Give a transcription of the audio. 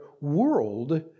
world